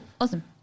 awesome